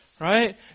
Right